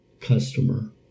customer